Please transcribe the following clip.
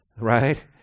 right